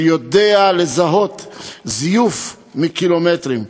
שיודע לזהות זיוף מקילומטרים.